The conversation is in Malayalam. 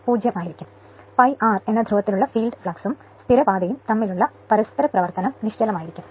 π r എന്ന ധ്രുവത്തിനുള്ള ഫീൽഡ് ഫ്ളക്സ് ഉം സ്ഥിരപാതയും തമ്മിലുള്ള പരസ്പരപ്രവർത്തനം നിശ്ചലമായിരിക്കും